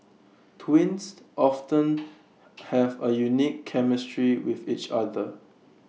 twins often have A unique chemistry with each other